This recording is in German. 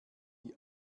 die